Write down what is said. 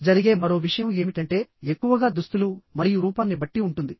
జరిగే మరో విషయం ఏమిటంటే ఎక్కువగా దుస్తులు మరియు రూపాన్ని బట్టి ఉంటుంది